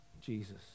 Jesus